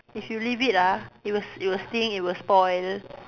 if you leave it ah it will it will stink it will spoil